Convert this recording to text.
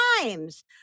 times